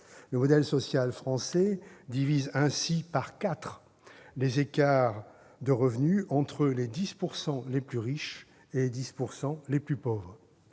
Le modèle social français divise ainsi par quatre les écarts de revenus entre les 10 % les plus riches et les 10 % les plus pauvres.